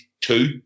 two